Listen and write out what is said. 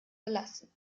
belassen